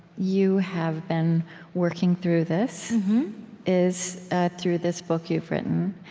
you have been working through this is ah through this book you've written.